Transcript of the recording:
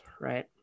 right